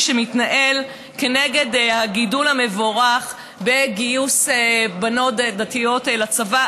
שמתנהל כנגד הגידול המבורך בגיוס בנות דתיות לצבא,